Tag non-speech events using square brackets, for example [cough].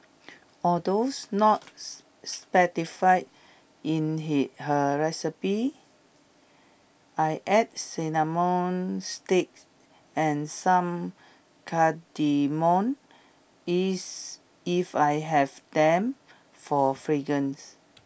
although [unintelligible] not specified in he her recipe I add cinnamon stick and some cardamom is if I have them for fragrance